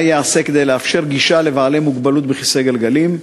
1. מה ייעשה כדי לאפשר גישה לבעלי מוגבלות בכיסא גלגלים?